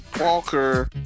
Walker